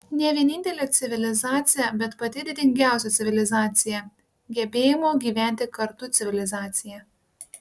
ne vienintelė civilizacija bet pati didingiausia civilizacija gebėjimo gyventi kartu civilizacija